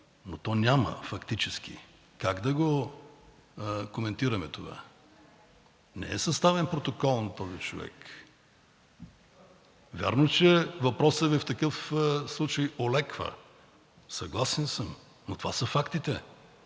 но то няма фактически. Как да го коментираме това? Не е съставен протокол на този човек. Вярно е, че въпросът Ви в такъв случай олеква, съгласен съм, но това са фактите.